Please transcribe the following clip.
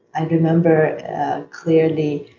i remember clearly,